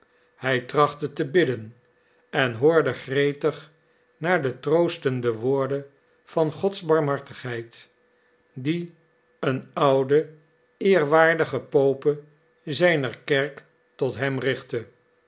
hij trachtte te bidden en hoorde gretig naar de troostende woorden van gods barmhartigheid die een oude eerwaardige pope zijner kerk tot hem richtte